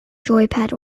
joypad